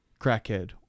crackhead